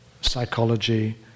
psychology